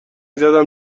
زدم